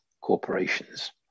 corporations